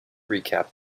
recap